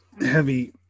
heavy